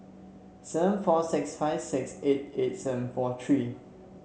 seven four six five six eight eight seven four three